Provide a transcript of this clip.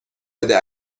بده